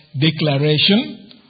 declaration